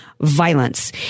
violence